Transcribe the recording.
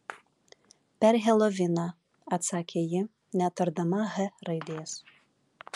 per heloviną atsakė ji netardama h raidės